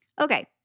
Okay